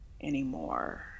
anymore